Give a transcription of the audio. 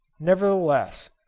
nevertheless,